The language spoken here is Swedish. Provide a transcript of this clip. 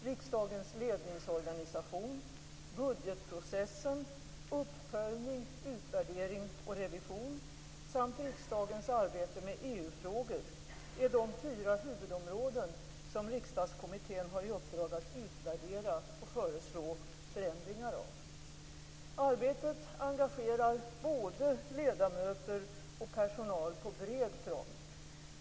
Riksdagens ledningsorganisation, budgetprocessen, uppföljning, utvärdering och revision samt riksdagens arbete med EU-frågor är de fyra huvudområden som Riksdagskommittén har i uppdrag att utvärdera och föreslå förändringar av. Arbetet engagerar både ledamöter och personal på bred front.